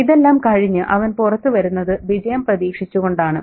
ഇതെല്ലാം കഴിഞ്ഞു അവൻ പുറത്തു വരുന്നത് വിജയം പ്രതീക്ഷിച്ചുകൊണ്ടാണ്